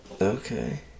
Okay